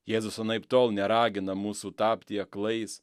jėzus anaiptol neragina mūsų tapti aklais